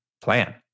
plan